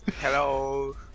Hello